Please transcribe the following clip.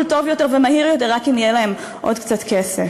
טוב יותר ומהיר יותר רק אם יהיה להם עוד קצת כסף.